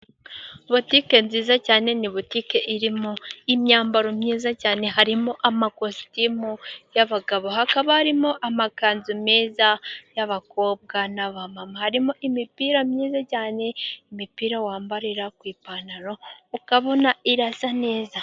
Bulitike nziza cyane, ni butike irimo imyambaro myiza cyane, harimo amakositimu y'abagabo, hakaba harimo amakanzu meza y'abakobwa n'abamama, harimo imipira myiza cyane, imipira wambarira ku ipantaro ukabona irasa neza.